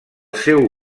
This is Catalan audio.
seu